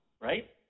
Right